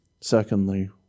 Secondly